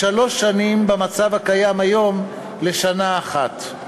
משלוש שנים במצב הקיים היום לשנה אחת.